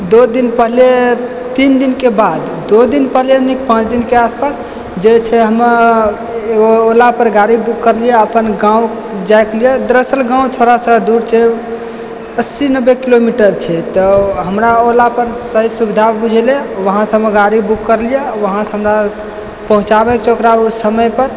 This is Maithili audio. दो दिन पहिले तीन दिन के बाद दो दिन पहले ने पाँच दिन के आस पास जे छै हमे एगो ओला पे गाड़ी बुक करलियै अपन गाँव जाइ के लिए दरसल गाँव थोड़ा सा दूर छै अस्सी नब्बे किलोमीटर छै तऽ हमरा ओला पर सही सुविधा बुझेलै वहाँ से हमे गाड़ी बुक करलियै आओर वहाँ सॅं हमरा पहुँचाबै के छै ओकरा ओ समय पर